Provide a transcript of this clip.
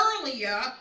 earlier